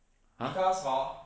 !huh!